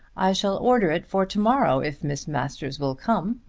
i shall order it for to-morrow if miss masters will come.